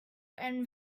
and